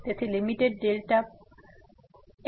તેથી limit delta x 0 પર જાય છે